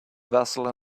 vessel